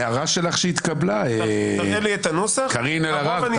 הערה שלך שהתקבלה, קארין אלהרר.